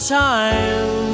time